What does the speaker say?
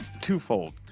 twofold